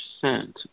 percent